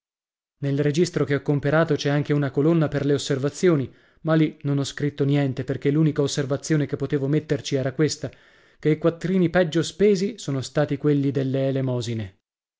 nel registro che ho comperato c'è anche una colonna per le osservazioni ma lì non ho scritto niente perché l'unica osservazione che potevo metterci era questa che i quattrini peggio spesi sono stati quelli delle elemosine